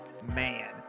Man